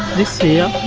this year,